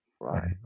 Right